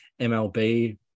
MLB